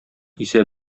исә